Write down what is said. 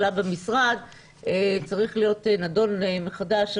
עלה במשרד וצריך להיות נדון מחדש.